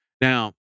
Now